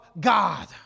God